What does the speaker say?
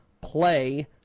Play